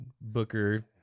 Booker